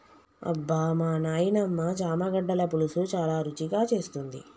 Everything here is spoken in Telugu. అబ్బమా నాయినమ్మ చామగడ్డల పులుసు చాలా రుచిగా చేస్తుంది